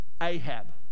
ahab